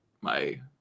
my-